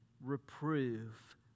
reprove